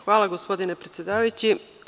Hvala, gospodine predsedavajući.